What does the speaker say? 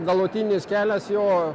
galutinis kelias jo